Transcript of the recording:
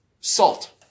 salt